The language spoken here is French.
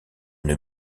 une